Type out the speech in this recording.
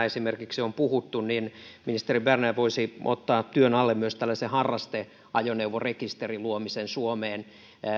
esimerkiksi rekistereistä on puhuttu niin ministeri berner voisi ottaa työn alle myös harrasteajoneuvorekisterin luomisen suomeen